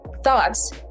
thoughts